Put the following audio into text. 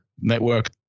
network